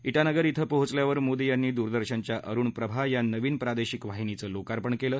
ितानगर िंग पोहोचल्यावर मोदी यांनी दूरदर्शनच्या अरुण प्रभा या नवीन प्रादेशिक वाहिनीचं लोकार्पण केलं